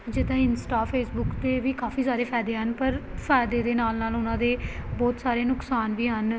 ਜਿੱਦਾਂ Insta Facebook 'ਤੇ ਵੀ ਕਾਫੀ ਸਾਰੇ ਫਾਇਦੇ ਹਨ ਪਰ ਫਾਇਦੇ ਦੇ ਨਾਲ ਨਾਲ ਉਹਨਾਂ ਦੇ ਬਹੁਤ ਸਾਰੇ ਨੁਕਸਾਨ ਵੀ ਹਨ